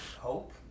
hope